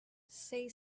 say